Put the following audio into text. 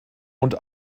und